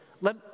let